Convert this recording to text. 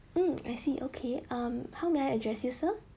mm I see okay um how may I address you sir